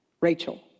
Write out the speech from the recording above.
Rachel